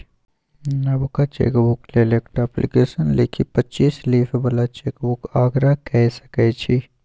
नबका चेकबुक लेल एकटा अप्लीकेशन लिखि पच्चीस लीफ बला चेकबुकक आग्रह कए सकै छी